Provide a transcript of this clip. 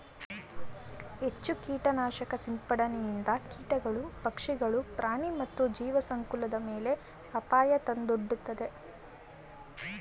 ಹೆಚ್ಚು ಕೀಟನಾಶಕ ಸಿಂಪಡಣೆಯಿಂದ ಕೀಟಗಳು, ಪಕ್ಷಿಗಳು, ಪ್ರಾಣಿ ಮತ್ತು ಜೀವಸಂಕುಲದ ಮೇಲೆ ಅಪಾಯ ತಂದೊಡ್ಡುತ್ತದೆ